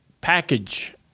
package